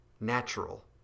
Natural